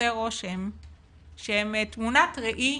עושה רושם שהם תמונת ראי